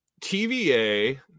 TVA